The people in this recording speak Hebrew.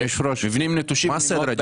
עד